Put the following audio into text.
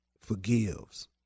forgives